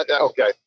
Okay